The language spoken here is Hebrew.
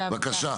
והעבודה.